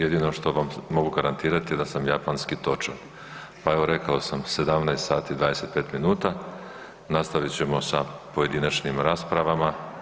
Jedino što vam mogu garantirati je da sam japanski točan, pa evo rekao sam 17:25, nastavit ćemo sa pojedinačnim raspravama.